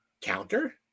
counter